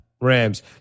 Rams